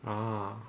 ah